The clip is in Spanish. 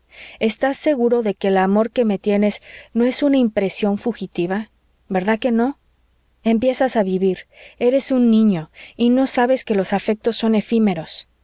estás seguro de que el amor que me tienes no es una impresión fugitiva verdad que no empiezas a vivir eres un niño y no sabes que los afectos son efímeros